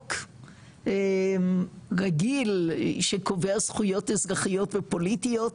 חוק רגיל שקובע זכויות אזרחיות ופוליטיות,